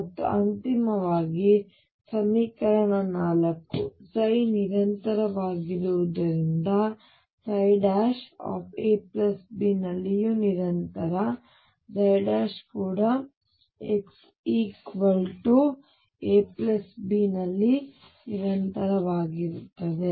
ಮತ್ತು ಅಂತಿಮವಾಗಿ ಸಮೀಕರಣ ಸಂಖ್ಯೆ 4 ನಿರಂತರವಾಗಿರುವುದರಿಂದ ψ ab ನಲ್ಲಿಯೂ ನಿರಂತರ ψ ಕೂಡ x ab ನಲ್ಲಿ ನಿರಂತರವಾಗಿರುತ್ತದೆ